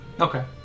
Okay